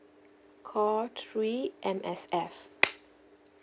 call three M_S_F